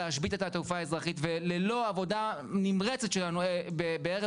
להשבית את התעופה האזרחית וללא עבודה נמרצת שלנו בערב